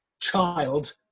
child